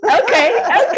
okay